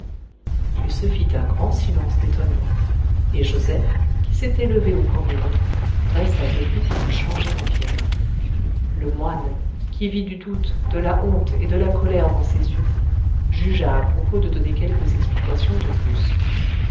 il se fit un grand silence d'étonnement et joseph qui s'était levé aux premiers mots resta debout comme changé en pierre le moine qui vit du doute de la honte et de la colère dans ses yeux jugea à propos de donner quelques explications de plus